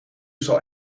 zal